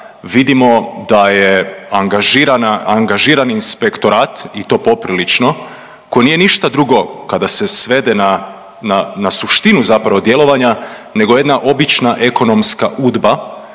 vidimo da je angažiran inspektorat i to poprilično koji nije ništa drugo kada se svede na suštinu zapravo djelovanja nego jedna obična ekonomska Udba